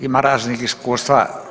Ima raznih iskustva.